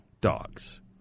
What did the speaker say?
dogs